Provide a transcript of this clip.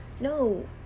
no